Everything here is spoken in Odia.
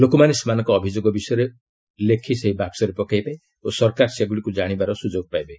ଲୋକମାନେ ସେମାନଙ୍କ ଅଭିଯୋଗ ବିଷୟରେ ଲେଖି ସେହି ବାକ୍ୱରେ ପକାଇବେ ଓ ସରକାର ସେଗୁଡ଼ିକୁ ଜାଣିବାର ସୁଯୋଗ ପାଇବେ